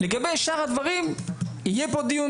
לגבי שאר הדברים יהיה פה דיון